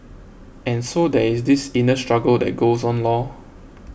and so there is this inner struggle that goes on lor